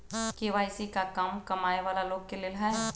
KYC का कम कमाये वाला लोग के लेल है?